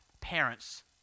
parents